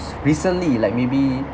recently like maybe